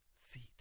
feet